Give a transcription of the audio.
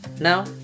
now